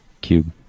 Cube